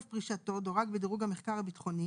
פרישתו דורג בדירוג המחקר הביטחוני